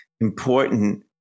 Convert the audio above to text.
important